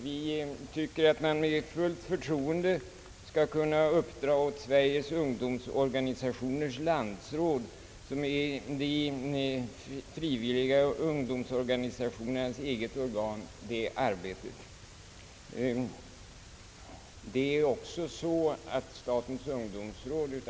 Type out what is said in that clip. Vi anser att det med fullt förtroende skall kunna uppdragas åt Sveriges ungdomsorganisationers landsråd, som är de frivilliga ungdomsorganisationernas eget organ, att handha den uppgiften.